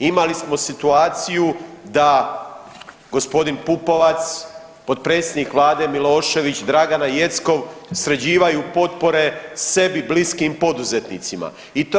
Imali smo situaciju da g. Pupovac, potpredsjednik vlade Milošević i Dragana Jeckov sređivaju potpore sebi bliskim poduzetnicima